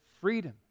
freedom